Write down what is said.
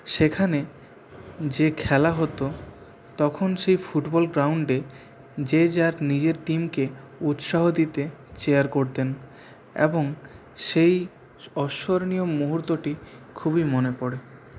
সেখানে যে খেলা হতো তখন সেই ফুটবল গ্রাউন্ডে যে যার নিজের টিমকে উৎসাহ দিতে চিয়ার করতেন এবং সেই অস্মরণীয় মুহূর্তটি খুবই মনে পড়ে